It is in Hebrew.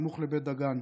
סמוך לבית דגן.